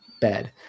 bed